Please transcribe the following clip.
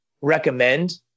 recommend